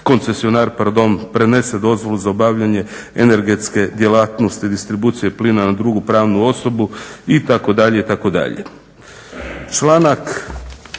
koncesionar prenese dozvolu za obavljanje energetske djelatnosti distribucije plina na drugu pravnu osobu itd.,